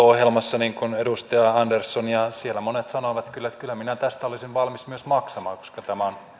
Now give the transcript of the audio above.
ohjelmassa niin kuin edustaja andersson ja siellä monet sanoivat kyllä että kyllä minä tästä olisin valmis myös maksamaan koska tämä on